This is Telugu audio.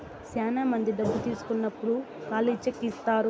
శ్యానా మంది డబ్బు తీసుకున్నప్పుడు ఖాళీ చెక్ ఇత్తారు